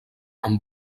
amb